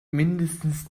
mindestens